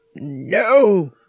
No